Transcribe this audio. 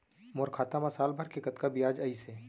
मोर खाता मा साल भर के कतका बियाज अइसे?